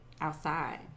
outside